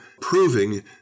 proving